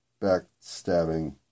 backstabbing